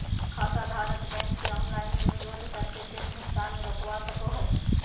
खाताधारक बैंक से ऑनलाइन अनुरोध करके चेक भुगतान रोकवा सको हय